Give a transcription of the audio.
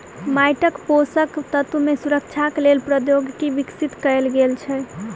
माइटक पोषक तत्व मे सुधारक लेल प्रौद्योगिकी विकसित कयल गेल छै